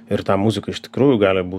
ir ta muzika iš tikrųjų gali būt